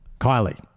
Kylie